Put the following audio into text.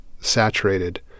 saturated